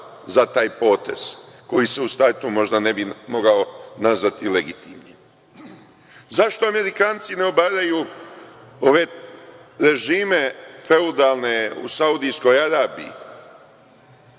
za taj potez, koji se u startu možda ne bi mogao nazvao legitimnim.Zašto Amerikanci ne obaraju ove režime feudalne u Saudijskoj Arabiji,